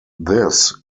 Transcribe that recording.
this